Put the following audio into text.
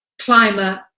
climber